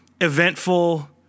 eventful